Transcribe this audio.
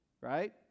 right